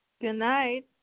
Goodnight